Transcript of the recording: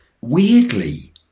Weirdly